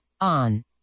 on